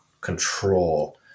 control